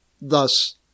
Thus